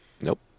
Nope